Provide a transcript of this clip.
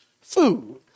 food